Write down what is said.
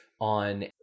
on